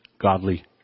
godly